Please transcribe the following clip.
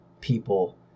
people